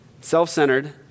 self-centered